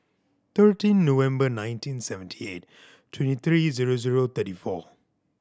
thirteen November nineteen seventy eight twenty three zero zero thirty four